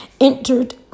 entered